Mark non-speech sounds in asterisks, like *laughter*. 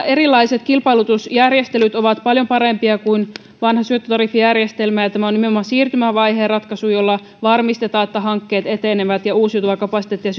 erilaiset kilpailutusjärjestelyt ovat paljon parempia kuin vanha syöttötariffijärjestelmä ja tämä on nimenomaan siirtymävaiheen ratkaisu jolla varmistetaan että hankkeet etenevät ja uusiutuvaa kapasiteettia *unintelligible*